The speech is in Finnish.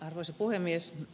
arvoisa puhemies